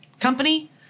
company